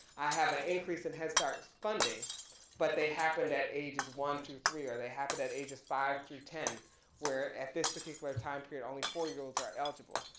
i have a increase in headstart funding but they happened at ages one through three or they happened at ages five through ten where at this particular time period only four year olds are eligible.